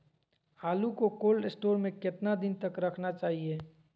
आलू को cold store में कितना दिन तक रखना चाहिए?